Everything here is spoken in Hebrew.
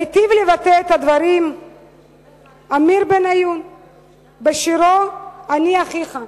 היטיב לבטא את הדברים עמיר בניון בשירו "אני אחיך".